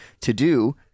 to-do